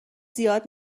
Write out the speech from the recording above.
زیاد